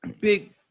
big